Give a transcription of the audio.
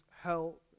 help